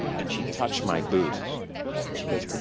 and she touched my boot and she goes, does